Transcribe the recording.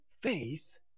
faith